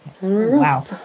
Wow